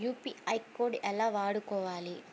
UPI code ఎలా వాడుకోవాలి?